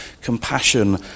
compassion